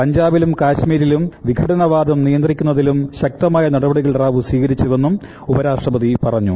പഞ്ചാബിലും കശ്മീരിലും വിഘടനവാദം നിയന്ത്രിക്കുന്നതിലും ശക്തമായ നടപടികൾ റാവു സ്വീകരിച്ചുവെന്നും ഉപരാഷ്ട്രപതി പറഞ്ഞു